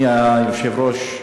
אדוני היושב-ראש,